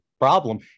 problem